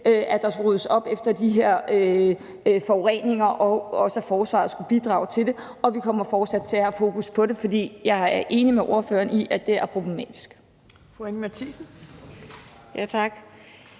skulle ryddes op efter de her forureninger, og også ment, at forsvaret skulle bidrage til det, og vi kommer fortsat til at have fokus på det, fordi jeg er enig med ordføreren i, at det er problematisk.